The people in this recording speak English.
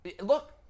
look –